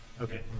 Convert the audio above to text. Okay